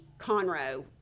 Conroe